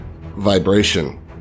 vibration